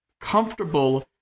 comfortable